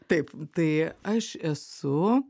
taip tai aš esu